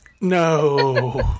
No